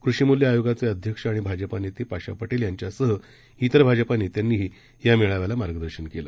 कृषीमूल्यआयोगाचेअध्यक्षआणिभाजपानेतेपाशापटेलयांच्यासहइतरभाजपानेत्यांनीही यामेळाव्यालामार्गादर्शनकेलं